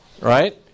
right